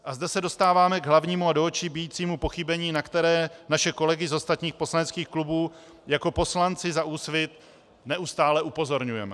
A zde se dostáváme k hlavnímu a do očí bijícímu pochybení, na které naše kolegy z ostatních poslaneckých klubů jako poslanci za Úsvit neustále upozorňujeme.